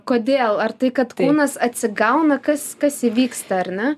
kodėl ar tai kad kūnas atsigauna kas kas įvyksta ar ne